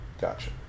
gotcha